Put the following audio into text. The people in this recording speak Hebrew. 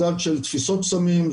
מדד של תפיסות סמים,